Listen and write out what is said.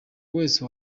wese